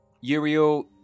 Uriel